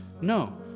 No